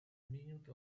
minute